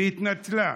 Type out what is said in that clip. והתנצלה.